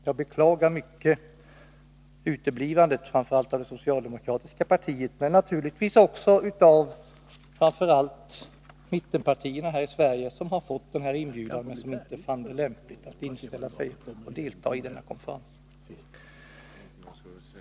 Jag beklagar mycket att det socialdemokratiska partiet här i Sverige uteblev, men naturligtvis också att mittenpartierna, som också fått inbjudan, inte fann det lämpligt att delta i konferensen. Herr talman!